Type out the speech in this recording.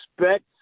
expect